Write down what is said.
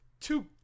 two